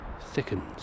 thickens